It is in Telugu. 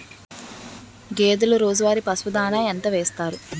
గేదెల రోజువారి పశువు దాణాఎంత వేస్తారు?